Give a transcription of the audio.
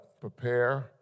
prepare